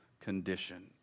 condition